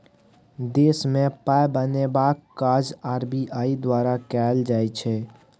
देशमे पाय बनेबाक काज आर.बी.आई द्वारा कएल जाइ छै